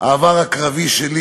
העבר הקרבי שלי